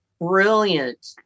brilliant